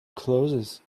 closes